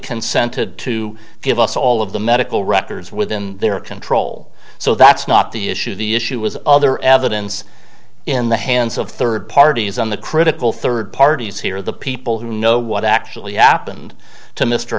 consented to give us all of the medical records within their control so that's not the issue the issue was other evidence in the hands of third parties on the critical third parties here are the people who know what actually happened to mr